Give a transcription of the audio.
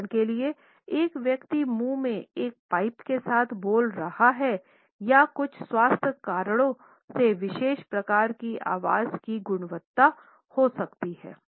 उदाहरण के लिए एक व्यक्ति मुंह में एक पाइप के साथ बोल रहा हो सकता है या कुछ स्वास्थ्य कारणों से विशेष प्रकार की आवाज़ की गुणवत्ता हो सकती है